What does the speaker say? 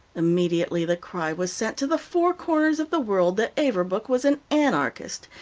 immediately the cry was sent to the four corners of the world that averbuch was an anarchist,